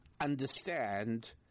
understand